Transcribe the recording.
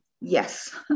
Yes